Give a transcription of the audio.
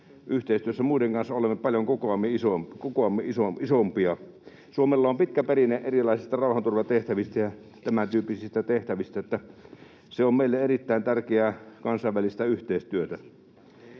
muiden kanssa olemme paljon kokoamme isompia. Suomella on pitkä perinne erilaisista rauhanturvatehtävistä ja tämän tyyppisistä tehtävistä. Se on meille erittäin tärkeää kansainvälistä yhteistyötä.